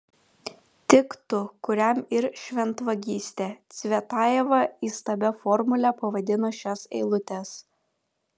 tik tu kuriam ir šventvagystė cvetajeva įstabia formule pavadino šias eilutes